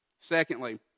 Secondly